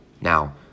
Now